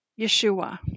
Yeshua